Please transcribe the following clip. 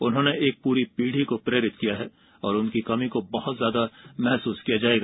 उन्होंने एक प्ररी पीढ़ी को प्रेरित किया है और उनकी कमी को बहत ज्यादा याद किया जाएगा